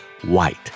white